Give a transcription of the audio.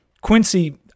Quincy